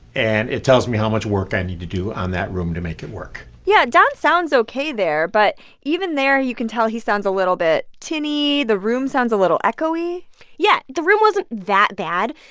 and it tells me how much work i need to do on that room to make it work yeah. don sounds ok there. but even there, you can tell he sounds a little bit tinny. the room sounds a little echoey yeah. the room wasn't that bad,